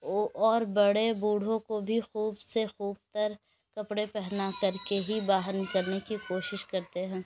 اور بڑے بوڑھوں کو بھی خوب سے خوب تر کپڑے پہنا کر کے ہی باہر نکلنے کی کوشش کرتے ہیں